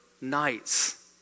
nights